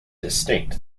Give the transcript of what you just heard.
distinct